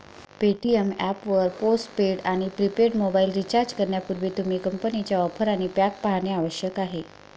Paytm app वर postpaid आणि prepaid mobile recharge करण्यापूर्वी, तुम्ही कंपनीच्या ऑफर आणि पॅक पाहणे आवश्यक आहे